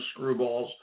screwballs